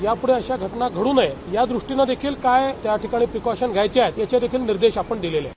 यापुढं अशा घटना घडू नये यादृष्टीनं देखिल त्या ठिकाणी प्रिकॉशन घ्यायचे आहेत याचे देखिल निर्देश आपण दिले आहेत